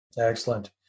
Excellent